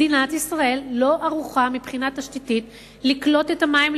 מדינת ישראל לא ערוכה מבחינה תשתיתית לקלוט את המים,